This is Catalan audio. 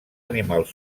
animals